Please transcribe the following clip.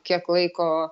kiek laiko